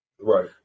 Right